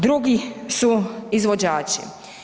Drugi su izvođači.